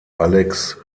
alex